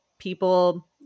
people